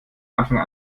anfang